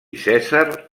cèsar